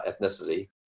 ethnicity